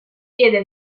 diede